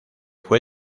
fue